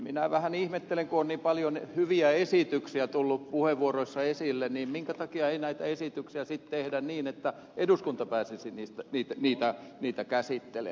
minä vähän ihmettelen että kun on niin paljon hyviä esityksiä tullut puheenvuoroissa esille niin minkä takia ei näitä esityksiä sitten tehdä niin että eduskunta pääsisi niitä käsittelemään